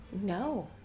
No